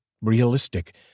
realistic